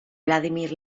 vladimir